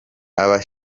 aba